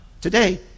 today